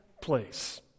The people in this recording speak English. place